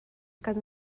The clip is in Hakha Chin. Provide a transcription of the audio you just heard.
kan